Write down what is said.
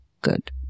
good